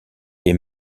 est